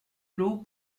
l’eau